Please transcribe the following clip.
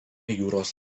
jūros